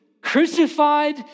crucified